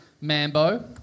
Mambo